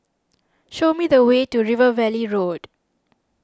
show me the way to River Valley Road